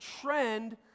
trend